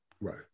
Right